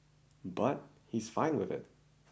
but he's fine with it